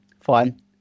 fine